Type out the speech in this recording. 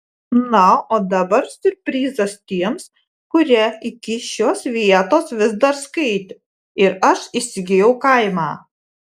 na o dabar siurprizas tiems kurie iki šios vietos vis dar skaitė ir aš įsigijau kaimą